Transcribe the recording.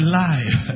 life